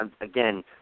again